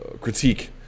critique